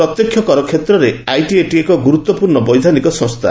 ପ୍ରତ୍ୟକ୍ଷ କର କ୍ଷେତ୍ରରେ ଆଇଟିଏଟି ଏକ ଗୁରୁତ୍ୱପୂର୍ଣ୍ଣ ବୈଧାନିକ ସଂସ୍ଥା